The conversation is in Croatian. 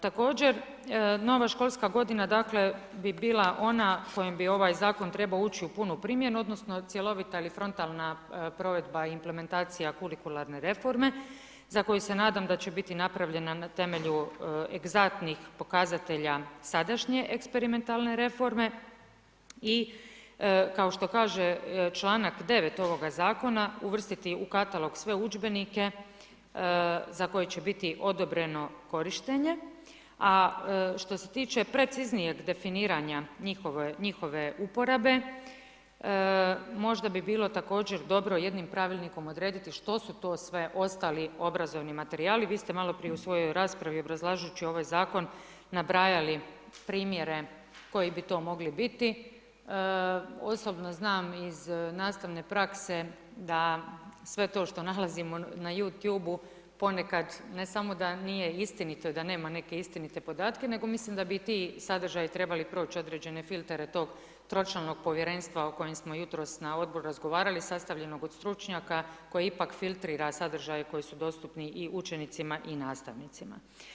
Također, nova školska godina dakle bi bila ona kojim bi ovaj zakon trebao ući u punu primjenu odnosno cjelovita ili frontalna provedba i implementacija kurikularne reforme za koju se nadam da će biti napravljena na temelju egzaktnih pokazatelja sadašnje eksperimentalne reforme i kao što kaže članak 9. ovoga zakona, uvrstiti u katalog sve udžbenike za koje će biti odobreno korištenje a što se tiče preciznijeg definiranja njihov uporabe, možda bi bilo također dobro jednim pravilnikom odrediti što su to sve ostali obrazovni materijali, vi ste maloprije u svojoj raspravi obrazlažući ovaj zakon, nabrajali primjere koji bi to mogli biti, osobno znam iz nastavne prakse da sve što nalazimo na YouTube-u, ponekad ne samo da nije istinito i da nema neke istinite podatke nego mislim da bi ti sadržaji proći određene filtere tog tročlanog povjerenstva o kojem smo jutros na odboru razgovarali sastavljenog od stručnjaka koji ipak filtrira sadržaje koji su dostupni i učenicima i nastavnicima.